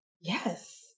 Yes